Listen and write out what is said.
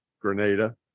Grenada